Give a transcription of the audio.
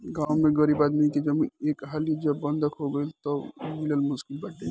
गांव में गरीब आदमी के जमीन एक हाली जब बंधक हो गईल तअ उ मिलल मुश्किल बाटे